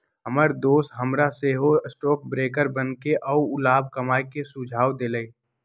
हमर दोस हमरा सेहो स्टॉक ब्रोकर बनेके आऽ लाभ कमाय के सुझाव देलइ